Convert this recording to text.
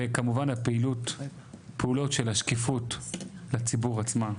וכמובן הפעילות של השקיפות לציבור עצמו.